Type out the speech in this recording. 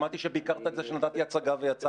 שמעת את זה שביקרת את זה שנתתי הצגה ויצאתי,